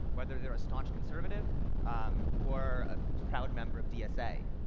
whether they're a staunch conservative or a proud member of dsa.